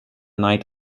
night